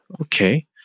Okay